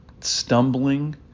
stumbling